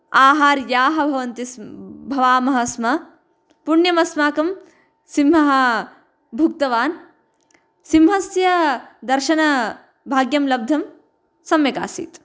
आहार्याः भवन्ति स्म भवामः स्म पुण्यमस्माकं सिंहः भुक्तवान् सिंहस्य दर्शनभाग्यं लब्धं सम्यक् आसीत्